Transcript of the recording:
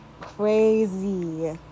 Crazy